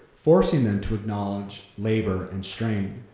forcing them to acknowledge labor and strain.